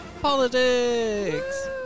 Politics